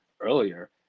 earlier